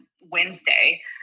Wednesday